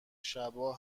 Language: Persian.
شبا